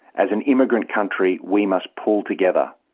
as an immigrant country we must pull together.